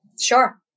Sure